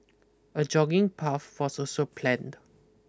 a jogging path was also planned